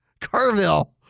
Carville